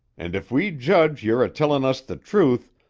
and if we judge you're a-tellin' us the truth,